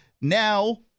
now